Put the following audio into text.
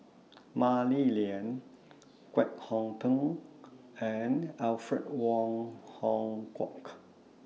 Mah Li Lian Kwek Hong Png and Alfred Wong Hong Kwok